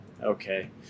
Okay